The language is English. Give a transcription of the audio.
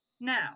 Now